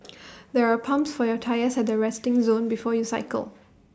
there are pumps for your tyres at the resting zone before you cycle